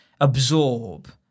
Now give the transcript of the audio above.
absorb